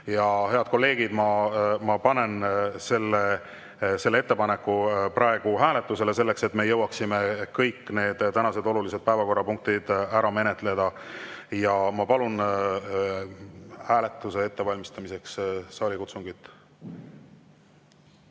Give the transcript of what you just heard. Ja, head kolleegid, ma panen selle ettepaneku praegu hääletusele, selleks et me jõuaksime kõik need tänased olulised päevakorrapunktid ära menetleda. Palun hääletuse ettevalmistamiseks saalikutsungit. Head